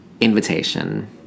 invitation